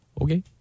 Okay